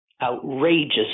outrageous